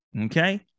Okay